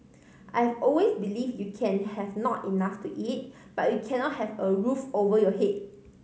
I've always believe you can have not enough to eat but you cannot have a roof over your head